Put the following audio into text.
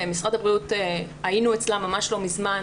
משרד הבריאות היינו אצלם לא מזמן.